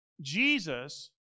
Jesus